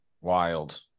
wild